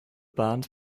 band